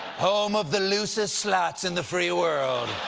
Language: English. home of the loosest slots in the free world.